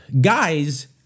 Guys